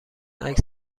عکس